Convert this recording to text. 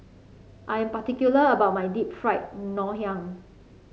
I am particular about my Deep Fried Ngoh Hiang